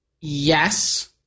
Yes